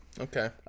okay